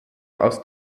aus